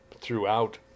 throughout